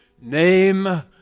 name